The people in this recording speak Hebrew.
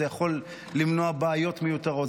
זה יכול למנוע בעיות מיותרות,